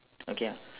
okay